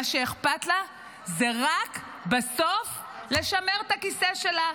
מה שאכפת לה בסוף זה רק לשמר את הכיסא שלה,